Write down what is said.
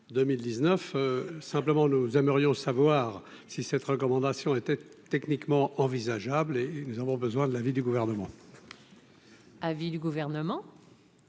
simplement nous aimerions savoir si cette recommandation était techniquement envisageable et nous avons besoin de l'avis du gouvernement. Avis du gouvernement.